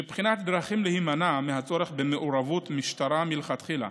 לבחינת דרכים להימנע מהצורך במעורבות משטרה מלכתחילה,